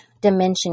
dimension